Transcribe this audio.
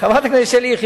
המיעוט כן, החרדים לא.